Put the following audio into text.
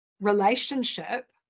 relationship